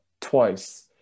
twice